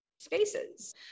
spaces